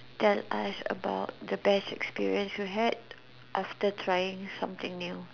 tell us about the best experience you had after trying something new